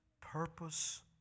purpose